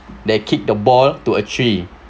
that kick the ball to a tree